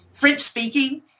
French-speaking